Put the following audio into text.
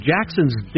Jackson's